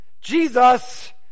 Jesus